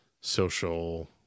social